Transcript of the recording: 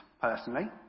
personally